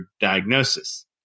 diagnosis